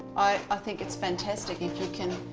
i think it's fantastic if you can